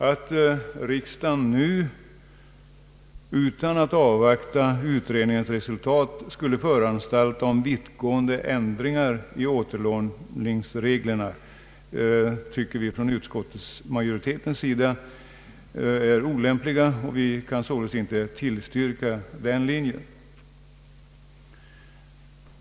Att riksdagen nu utan att avvakta utredningens resultat skulle föranstalta om vittgående ändringar i återlåningsreglerna anser uktskottsmajoriteten vara olämpligt. Vi kan således inte tillstyrka den linjen.